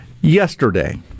Yesterday